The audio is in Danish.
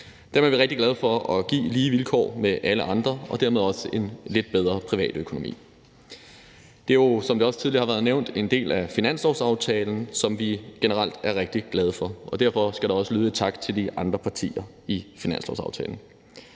Dem er vi rigtig glade for at give lige vilkår med alle andre og dermed også en lidt bedre privatøkonomi. Det er jo, som det også tidligere har været nævnt, en del af finanslovsaftalen, som vi generelt er rigtig glade for, og derfor skal der også lyde en tak til de andre partier i finanslovsaftalen.